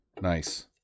Nice